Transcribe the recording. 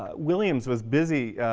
ah williams was busy